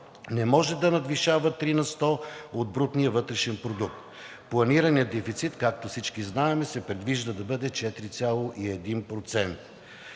не може да надвишава 3% от брутния вътрешен продукт. Планираният дефицит, както всички знаем, се предвижда да бъде 4,1%.